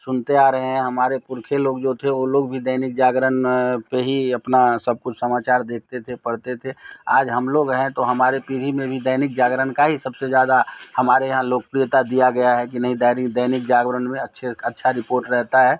सुनते आ रहे हैं हमारे पुरखे लोग जो थे वह लोग भी दैनिक जागरण पर ही अपना सब कुछ समाचार देखते थे पढ़ते थे आज हम लोग हैं तो हमारे पीढ़ी में भी दैनिक जागरण का ही सबसे ज़्यादा हमारे यहाँ लोकप्रियता दिया गया है कि नहीं दैनिक जागरण में अच्छे अच्छा रिपोर्ट रहता है